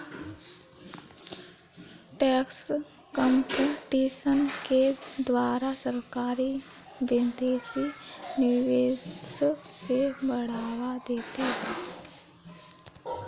tax competition के द्वारा सरकारी विदेशी निवेश को बढ़ावा देती है